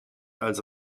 als